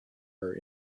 her